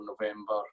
November